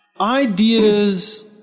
Ideas